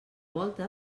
volta